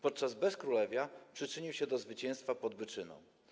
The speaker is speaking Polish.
Podczas bezkrólewia przyczynił się do zwycięstwa pod Byczyną.